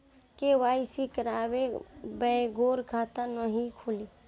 KYC करवाये बगैर खाता नाही खुली?